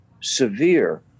severe